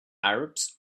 arabs